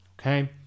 okay